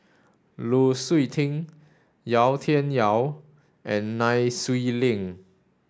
Lu Suitin Yau Tian Yau and Nai Swee Leng